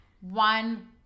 One